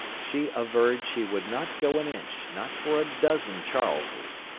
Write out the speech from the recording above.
she averred she would not go an inch, not for a dozen charleses.